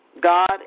God